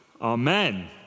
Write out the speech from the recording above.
Amen